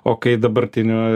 o kai dabartinių